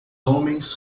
homens